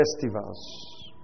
festivals